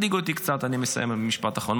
אני מסיים במשפט אחרון.